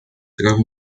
traga